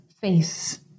face